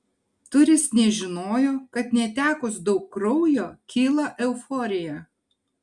turis nežinojo kad netekus daug kraujo kyla euforija